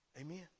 Amen